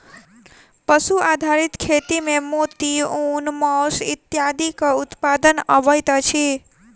पशु आधारित खेती मे मोती, ऊन, मौस इत्यादिक उत्पादन अबैत अछि